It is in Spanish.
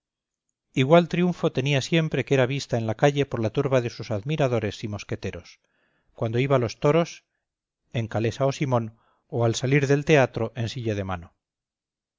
igual triunfo tenía siempre que era vista en la calle por la turba de sus admiradores y mosqueteros cuando iba a los toros en calesa o simón o al salir del teatro en silla de mano